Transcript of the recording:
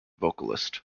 vocalist